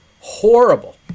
Horrible